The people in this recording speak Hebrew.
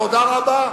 תודה רבה.